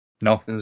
No